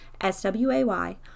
S-W-A-Y